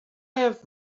have